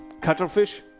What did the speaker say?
Cuttlefish